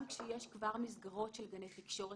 גם כשיש כבר מסגרות של גני תקשורת,